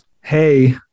Hey